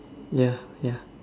ya ya